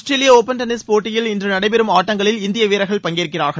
ஆஸ்திரேலிய open tennis போட்டியில் இன்று நடைபெறும் ஆட்டங்களில் இந்திய வீரா்கள் பங்கேற்கிறார்கள்